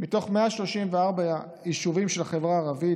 מתוך 134 יישובים של החברה הערבית,